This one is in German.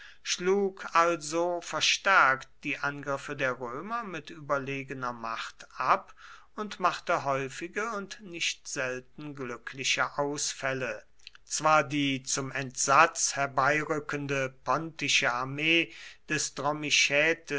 schlug also verstärkt die angriffe der römer mit überlegener macht ab und machte häufige und nicht selten glückliche ausfälle zwar die zum entsatz herbeirückende pontische armee des